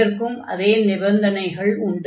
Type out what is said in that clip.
இதற்கும் அதே நிபந்தனைகள் உண்டு